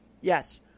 Yes